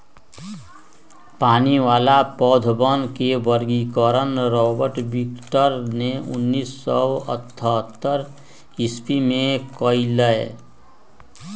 पानी वाला पौधवन के वर्गीकरण रॉबर्ट विटकर ने उन्नीस सौ अथतर ईसवी में कइलय